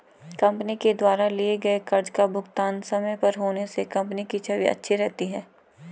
company के द्वारा लिए गए कर्ज का भुगतान समय पर होने से कंपनी की छवि अच्छी रहती है